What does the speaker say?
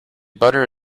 butter